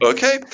Okay